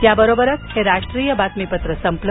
याबरोबरच हे राष्ट्रीय बातमीपत्र संपलं